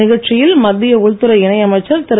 நிகழ்ச்சியில் மத்திய உள்துறை இணையமைச்சர் திரு